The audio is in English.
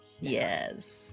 yes